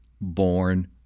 born